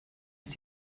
ist